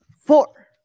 four